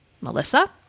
Melissa